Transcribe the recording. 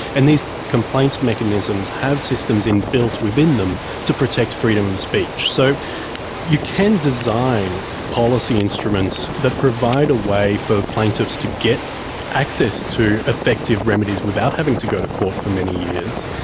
and these complaints mechanisms have systems in-built within them to protect freedom of speech. so you can design policy instruments that provide a way for plaintiffs to get access to effective remedies without having to go to court for many years,